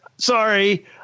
sorry